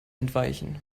entweichen